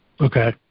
Okay